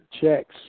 checks